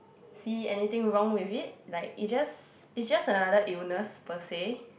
see anything wrong with it like it just it's just another illness per se